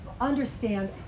understand